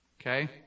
okay